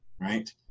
right